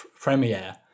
premiere